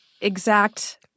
exact